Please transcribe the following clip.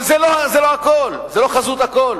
אבל זה לא הכול, זה לא חזות הכול.